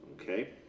okay